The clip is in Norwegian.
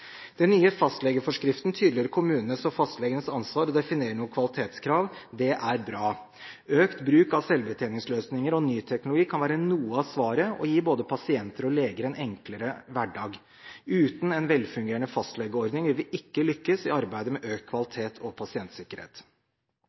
Den nye fastlegeforskriften tydeliggjør kommunens og fastlegens ansvar og definerer noen kvalitetskrav. Det er bra! Økt bruk av selvbetjeningsløsninger og ny teknologi kan være noe av svaret og gi både pasienter og leger en enklere hverdag. Uten en velfungerende fastlegeordning vil vi ikke lykkes i arbeidet med økt kvalitet og pasientsikkerhet.